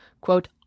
Quote